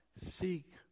Seek